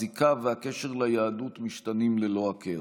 הזיקה והקשר ליהדות משתנים ללא הכר.